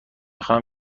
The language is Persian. خواهم